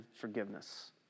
forgiveness